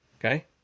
Okay